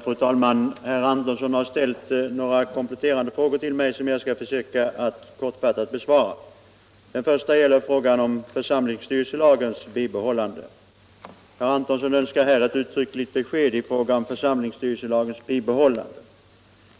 Fru talman! Herr Antonsson har ställt några kompletterande frågor till mig som jag skall försöka att kortfattat besvara. Den första gäller församlingsstyrelselagens bibehållande. Herr Antonsson önskar här ett uttryckligt besked om församlingsstyrelselagens bibehållande.